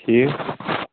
ٹھیٖک